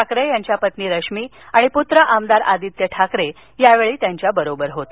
ठाकरे यांच्या पत्नी रश्मी आणि पुत्र आमदार आदित्य ठाकरे यावेळी त्यांच्या बरोबर होते